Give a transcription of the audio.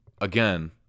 again